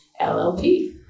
LLP